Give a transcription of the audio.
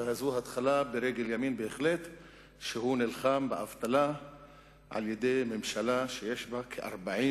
וזו בהחלט התחלה ברגל ימין שהוא נלחם באבטלה על-ידי ממשלה שיש בה כ-40